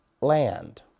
land